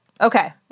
Okay